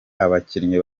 abakinnyi